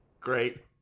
Great